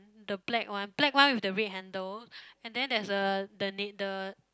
the black one black one with the red handle and then there's a the na~ the